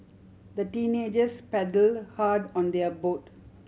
the teenagers paddle hard on their boat